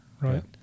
right